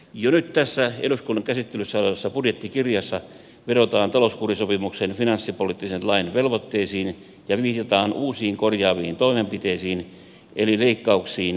jo nyt tässä eduskunnan käsittelyssä olevassa budjettikirjassa vedotaan talouskurisopimuksen finanssipoliittisen lain velvoitteisiin ja viitataan uusiin korjaaviin toimenpiteisiin eli leikkauksiin lähivuosina ja jatkossa